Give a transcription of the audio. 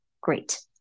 great